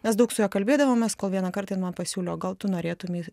mes daug su ja kalbėdavomės kol vieną kartą jin man pasiūlė o gal tu norėtumei